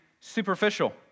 superficial